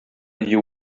you